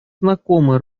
знакомы